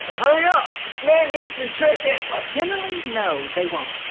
hurry up this man needs nutrition generally, no, they won't.